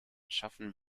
schaffen